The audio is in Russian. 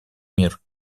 мир